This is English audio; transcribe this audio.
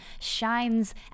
shines